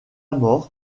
mort